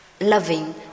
loving